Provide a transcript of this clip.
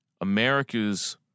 America's